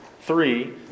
Three